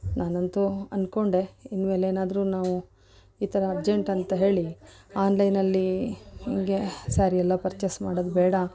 ನಾನಂತೂ ಅಂದ್ಕೊಂಡೆ ಇನ್ಮೇಲೇನಾದರೂ ನಾವು ಈ ಥರ ಅರ್ಜೆಂಟ್ ಅಂತ ಹೇಳಿ ಆನ್ಲೈನಲ್ಲಿ ಹೀಗೆ ಸ್ಯಾರಿ ಎಲ್ಲ ಪರ್ಚೇಸ್ ಮಾಡೋದು ಬೇಡ